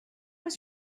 was